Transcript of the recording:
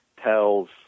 tells